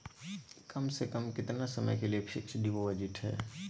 कम से कम कितना समय के लिए फिक्स डिपोजिट है?